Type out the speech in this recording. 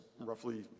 roughly